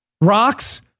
rocks